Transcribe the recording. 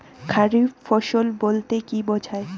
খারিফ ফসল বলতে কী বোঝায়?